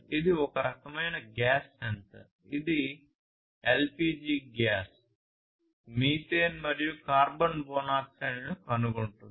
ఇది ఒక రకమైన గ్యాస్ సెన్సార్ ఇది LPG గ్యాస్ మీథేన్ మరియు కార్బన్ మోనాక్సైడ్లను కనుగొంటుంది